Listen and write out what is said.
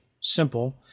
simple